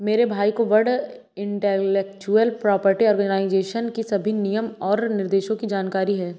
मेरे भाई को वर्ल्ड इंटेलेक्चुअल प्रॉपर्टी आर्गेनाईजेशन की सभी नियम और निर्देशों की जानकारी है